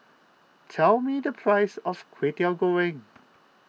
tell me the price of Kway Teow Goreng